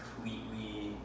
completely